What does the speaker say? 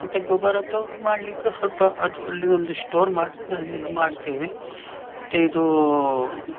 ಮತ್ತೆ ಗೊಬ್ಬರ ತು ಮಾಡಲಿಕ್ಕೆ ಸ್ವಲ್ಪ ಅದು ಅಲ್ಲಿ ಒಂದು ಸ್ಟೋರ್ ಮಾಡ್ತೇವೆ ಅಲ್ಲಿ ಇದು ಮಾಡ್ತೇವೆ ಮತ್ತೆ ಇದು